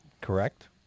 Correct